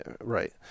Right